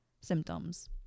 symptoms